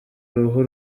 uruhu